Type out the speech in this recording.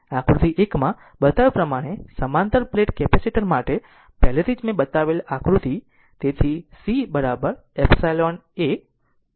આકૃતિ 1 માં બતાવ્યા પ્રમાણે સમાંતર પ્લેટ કેપેસિટર માટે પહેલેથી જ મેં બતાવેલ આકૃતિ તેથી C A d